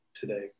today